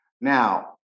Now